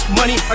money